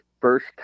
first